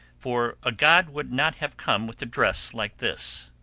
for a god would not have come with a dress like this.